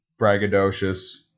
braggadocious